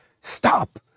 Stop